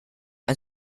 and